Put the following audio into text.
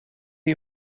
you